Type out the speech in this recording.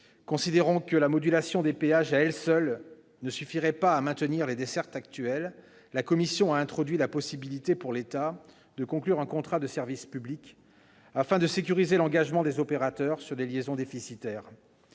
Considérant que la modulation des péages à elle seule ne suffirait pas à maintenir les dessertes actuelles, la commission a introduit dans le texte la possibilité pour l'État de conclure un contrat de service public afin de sécuriser l'engagement des opérateurs sur les liaisons déficitaires.